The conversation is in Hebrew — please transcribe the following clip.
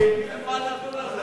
שאת היית יושבת-ראש השדולה,